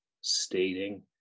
stating